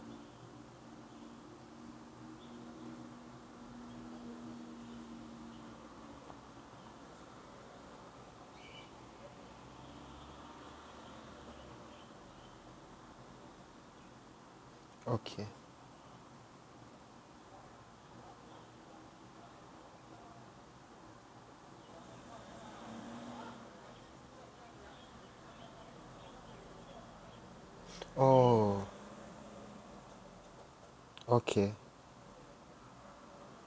okay oh okay